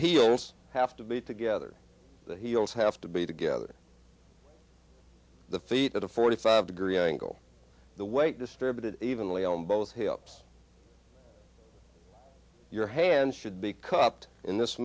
heels have to be together the heels have to be together the feet at a forty five degree angle the weight distributed evenly on both hips your hands should be cupped in this